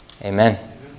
Amen